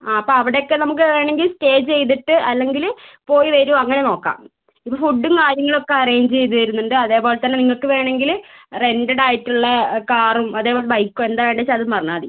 ആ അപ്പോൾ അവിടെ ഒക്കെ നമുക്ക് വേണമെങ്കിൽ സ്റ്റേ ചെയ്തിട്ട് അല്ലെങ്കിൽ പോയി വരുവോ അങ്ങനെ നോക്കാം ഇത് ഫുഡും കാര്യങ്ങളൊക്കെ അറേഞ്ച് ചെയ്തുതരുന്നുണ്ട് അതേപോലെ തന്നെ നിങ്ങൾക്ക് വേണമെങ്കിൽ റെന്റഡ് ആയിട്ടുള്ള കാറും അതേപോലെ ബൈക്കോ എന്താണ് വേണ്ടത് വെച്ചാൽ അത് പറഞ്ഞാൽ മതി